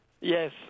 Yes